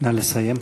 נא לסיים.